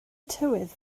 tywydd